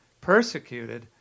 Persecuted